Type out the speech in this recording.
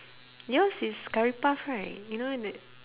yours is curry puff right you know that